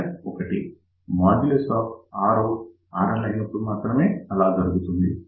RoutRL అయినప్పుడు మాత్రమే అలా జరుగుతుంది